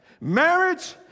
marriage